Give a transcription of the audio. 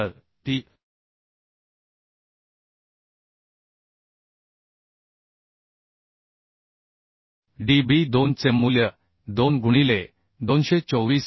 तर T d b 2 चे मूल्य 2 गुणिले 224